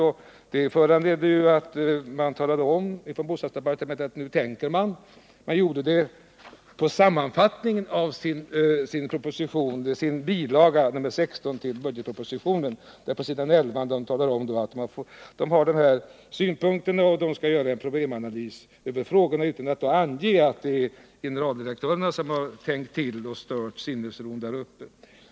Det har föranlett bostadsdepartementet att — i översikten i departementets bil. 16 till budgetpropositionen, på s. 11 — ta upp dessa synpunkter och tala om att det skall göras en problemanalys av frågorna, men utan att ange att det är generaldirektörerna som har tänkt till och stört sinnesron där uppe.